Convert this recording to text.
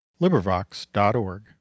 LibriVox.org